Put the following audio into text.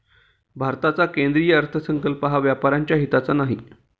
भारताचा केंद्रीय अर्थसंकल्प हा व्यापाऱ्यांच्या हिताचा नाही